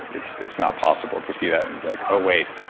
it's it's not possible to see that and be like, oh wait.